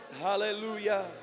Hallelujah